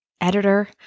editor